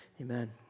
Amen